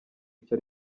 icyo